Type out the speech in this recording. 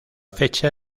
fecha